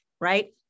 right